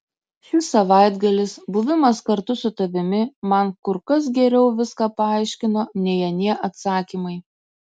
šis savaitgalis buvimas kartu su tavimi man kur kas geriau viską paaiškino nei anie atsakymai